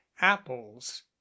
apples